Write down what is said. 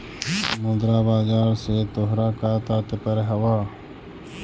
मुद्रा बाजार से तोहरा का तात्पर्य हवअ